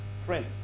Friend